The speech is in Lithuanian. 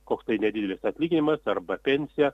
koks tai nedidelis atlyginimas arba pensija